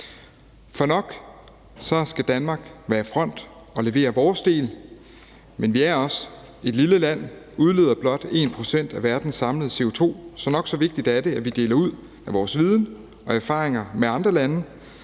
år. Nok skal Danmark være i front og levere vores del, men vi er også et lille land og udleder blot 1 pct. af verdens samlede CO2. Så nok så vigtigt er det, at vi deler ud af vores viden og erfaringer med andre lande,